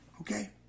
okay